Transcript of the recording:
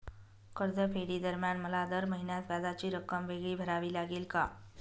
कर्जफेडीदरम्यान मला दर महिन्यास व्याजाची रक्कम वेगळी भरावी लागेल का?